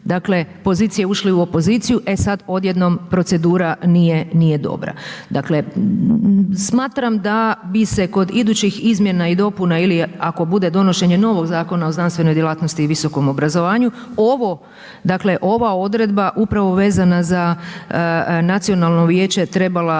dakle pozicije ušli u opoziciju, e sad odjednom procedura nije dobra. Dakle smatram da bi se kod idući izmjena i dobila ili ako bude donošenje novog Zakona o znanstvenoj djelatnosti i visokom obrazovanju, ova odredba upravo vezana za nacionalno vijeće trebala